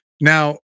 Now